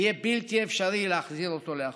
ויהיה בלתי אפשרי להחזיר אותו לאחור.